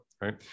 right